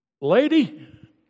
Lady